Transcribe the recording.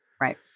Right